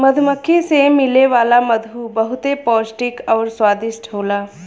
मधुमक्खी से मिले वाला मधु बहुते पौष्टिक आउर स्वादिष्ट होला